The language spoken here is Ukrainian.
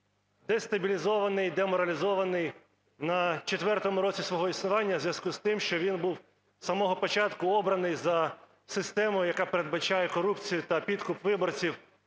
дестабілізований, деморалізований на четвертому році свого існування у зв'язку з тим, що він був з самого початку обраний за системою, яка передбачає корупцію та підкуп виборців